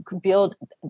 build